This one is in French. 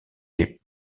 est